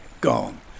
gone